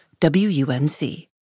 WUNC